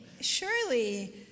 surely